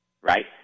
right